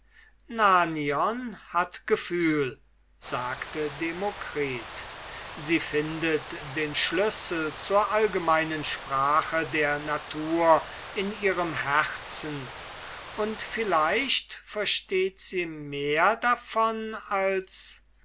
hat empfindung sagte demokritus sie findet den schlüssel zur allgemeinen sprache der natur in ihrem herzen und vielleicht versteht sie mehr davon als